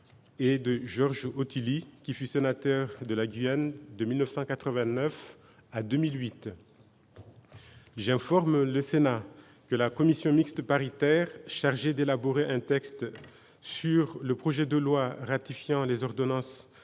et Georges Othily, qui fut sénateur de la Guyane de 1989 à 2008. J'informe le Sénat que la commission mixte paritaire chargée d'élaborer un texte sur le projet de loi ratifiant les ordonnances